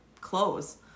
clothes